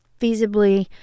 feasibly